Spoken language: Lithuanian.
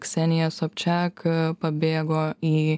ksenija sobčiaka pabėgo į